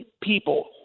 people